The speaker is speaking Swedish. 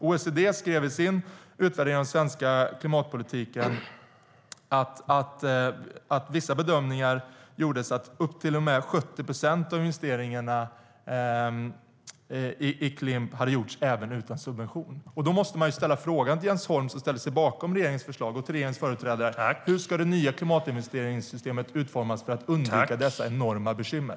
OECD skrev i sin utvärdering av den svenska klimatpolitiken att upp till 70 procent av investeringar i Klimp:en hade gjorts även utan subvention. Låt mig ställa frågan till Jens Holm, som ställer sig bakom regeringens förslag, och till regeringens företrädare: Hur ska det nya klimatinvesteringssystemet utformas för att undvika dessa enorma bekymmer?